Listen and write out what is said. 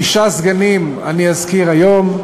שישה סגנים אני אזכיר היום,